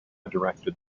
directed